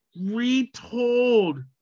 retold